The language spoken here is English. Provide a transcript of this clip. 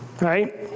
right